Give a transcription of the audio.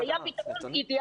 זה היה פתרון אידיאלי.